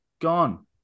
gone